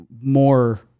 more